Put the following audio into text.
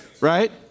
right